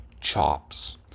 chops